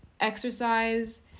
exercise